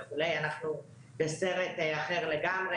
אנחנו בסרט אחר לגמרי,